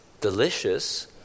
delicious